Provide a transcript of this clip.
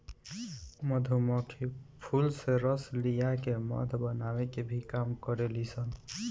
मधुमक्खी फूल से रस लिया के मध बनावे के भी काम करेली सन